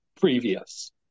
previous